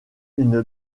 une